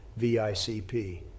VICP